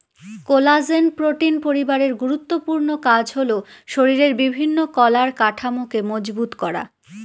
collagen protein পরিবারের গুরুত্বপূর্ণ কাজ হল শরীরের বিভিন্ন কলার কাঠামোকে মজবুত করা